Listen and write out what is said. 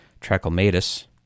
trachomatis